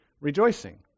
rejoicing